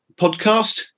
podcast